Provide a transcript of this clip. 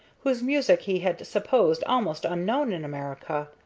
whose music he had supposed almost unknown in america.